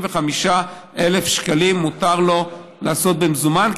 זה 55,000 שקלים שמותר לו לעשות במזומן,